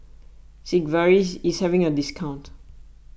Sigvaris is having a discount